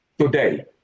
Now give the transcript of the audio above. today